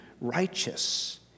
righteous